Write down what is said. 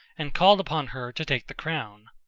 and called upon her to take the crown.